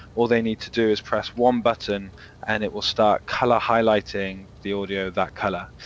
all they need to do is press one button and it will start colour highlighting the audio that colour.